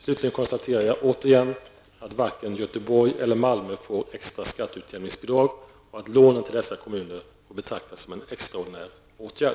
Slutligen konstaterar jag återigen att varken Göteborg eller Malmö får extra skatteutjämningsbidrag och att lånen till dessa kommuner får betraktas som en extraordinär åtgärd.